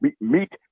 meet